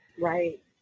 right